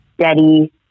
steady